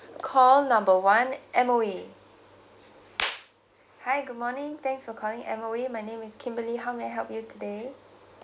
call number one M_O_E hi good morning thanks for calling M_O_E my name is kimberly how may I help you today